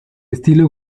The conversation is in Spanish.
estilo